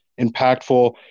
impactful